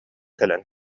кэлэн